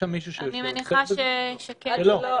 לא.